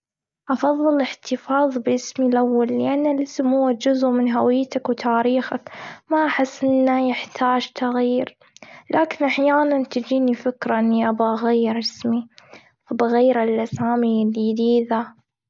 أفضل الإحتفاظ بإسمي الأول، لإن الإسم هو جزء من هويتك وتاريخك. ما أحس إنه يحتاج تغيير. لكن أحياناً تجيني فكرة، إني أبغى أغير إسمي، أبغى أغير للأسامي الجديدة.